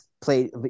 play